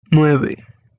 nueve